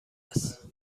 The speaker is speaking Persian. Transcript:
است